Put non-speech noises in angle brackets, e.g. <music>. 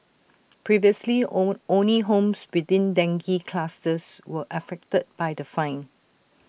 previously <hesitation> only homes within dengue clusters were affected by the fine